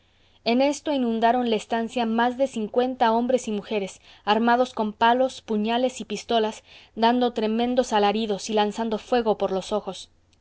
en esto inundaron la estancia más de cincuenta hombres y mujeres armados con palos puñales y pistolas dando tremendos alaridos y lanzando fuego por los ojos